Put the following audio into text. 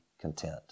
content